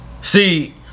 See